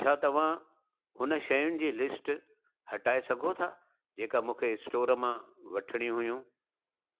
छा तव्हां हुन शयूंनि जी लिस्ट हटाइ सघो था जेका मूंखे स्टोर मां वठिणी हुइयूं